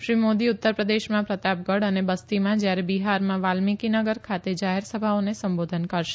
શ્રી મોદી ઉત્તર પ્રદેશમાં પ્રતાપગઢ અને બસ્તીમાં જયારે બિહારમાં વાલ્મીકીનગર ખાતે જાહેર સભાઓને સંબોધન કરશે